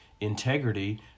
integrity